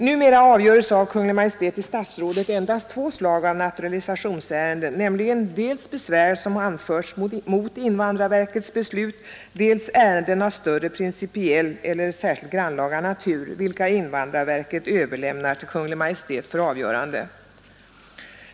Numera avgöres av Kungl. Maj:t i statsrådet endast två slag av naturalisationsärenden, nämligen dels besvär som anförts mot invandrarverkets beslut, dels ärenden av större principiell eller särskilt grannlaga natur, vilka invandrarverket överlämnar till Kungl. Maj:t för avgörande.